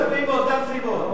כולנו מצביעים מאותן סיבות.